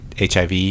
HIV